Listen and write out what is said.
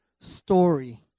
story